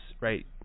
right